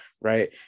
right